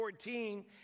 14